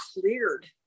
cleared